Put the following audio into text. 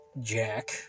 Jack